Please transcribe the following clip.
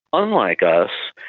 unlike us,